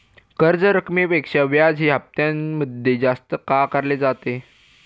कर्ज रकमेपेक्षा व्याज हे हप्त्यामध्ये जास्त का आकारले आहे?